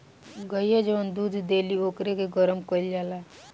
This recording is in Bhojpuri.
गइया जवन दूध देली ओकरे के गरम कईल जाला